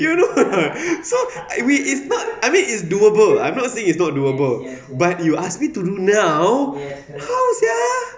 you know or not so we it's not I mean it's doable I'm not saying it's not doable but if you ask me to do now how sia